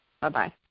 Bye-bye